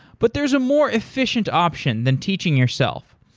but there is a more efficient option than teaching yourself.